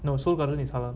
no seoul garden is halal